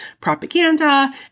propaganda